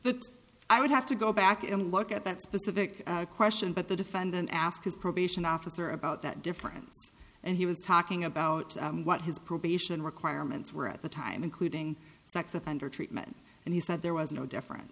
that i would have to go back and look at that specific question but the defendant asked his probation officer about that difference and he was talking about what his probation requirements were at the time including sex offender treatment and he said there was no difference